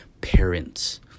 parents